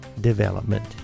development